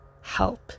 help